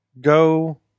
go